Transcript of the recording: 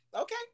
okay